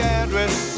address